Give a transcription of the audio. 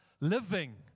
living